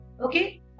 okay